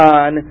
on